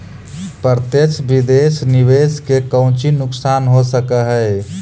प्रत्यक्ष विदेश निवेश के कउची नुकसान हो सकऽ हई